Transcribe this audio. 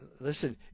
listen